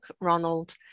Ronald